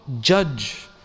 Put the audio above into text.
judge